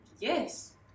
Yes